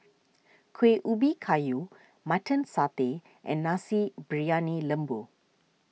Kueh Ubi Kayu Mutton Satay and Nasi Briyani Lembu